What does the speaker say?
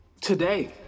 today